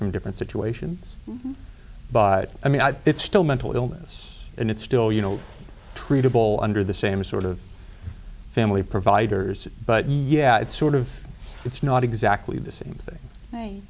from different situations by i mean i it's still mental illness and it's still you know treatable under the same sort of family providers but yeah it's sort of it's not exactly